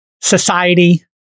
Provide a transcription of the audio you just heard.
society